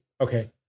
Okay